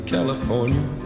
California